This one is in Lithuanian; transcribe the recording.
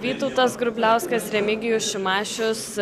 vytautas grubliauskas remigijus šimašius